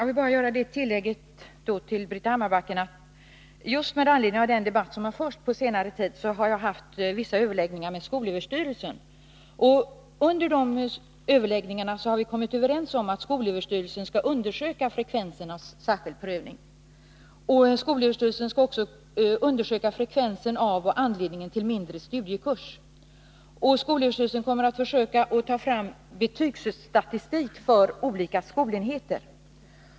Herr talman! Jag vill tillägga: Just med anledning av den debatt som har förts på senare tid har jag haft vissa överläggningar med skolöverstyrelsen. Under de överläggningarna har vi kommit överens om att skolöverstyrelsen skall undersöka frekvensen av särskild prövning. Skolöverstyrelsen skall också undersöka frekvensen av och anledningen till mindre studiekurs. SÖ kommer också att försöka ta fram betygsstatistik för olika skolenheter.